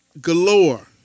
galore